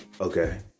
okay